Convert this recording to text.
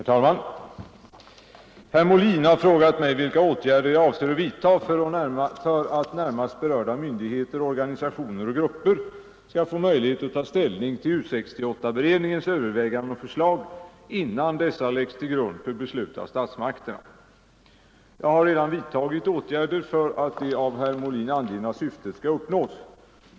Herr talman! Herr Molin har frågat mig vilka åtgärder jag avser att vidta för att närmast berörda myndigheter, organisationer och grupper skall få möjlighet att ta ställning till U 68-beredningens överväganden och förslag innan dessa läggs till grund för beslut av statsmakterna. Jag har redan vidtagit åtgärder för att det av herr Molin angivna syftet skall uppnås.